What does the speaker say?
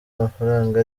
amafaranga